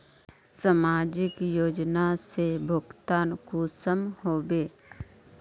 समाजिक योजना से भुगतान कुंसम होबे?